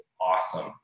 awesome